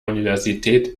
universität